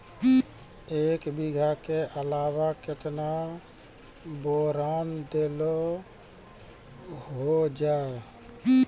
एक बीघा के अलावा केतना बोरान देलो हो जाए?